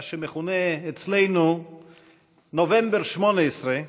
מה שמכונה אצלנו נובמבר 2018,